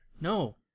No